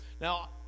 Now